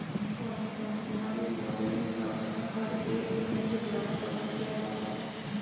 concessional loan लगभग हर एक बैंक के द्वारा प्रदान किया जाता है